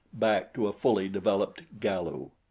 back to a fully developed galu.